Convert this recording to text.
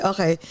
Okay